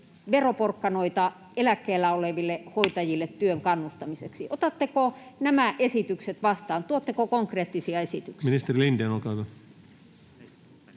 veroporkkanoita eläkkeellä oleville hoitajille työhön kannustamiseksi. Otatteko nämä esitykset vastaan? Tuotteko konkreettisia esityksiä?